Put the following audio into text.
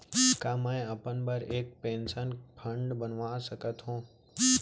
का मैं अपन बर एक पेंशन फण्ड बनवा सकत हो?